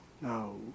no